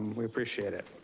we appreciate it.